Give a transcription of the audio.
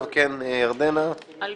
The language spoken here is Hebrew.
י"ח בכסלו התשע"ט 26.11.2018